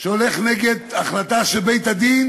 שהולך נגד החלטה של בית-הדין,